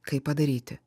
kaip padaryti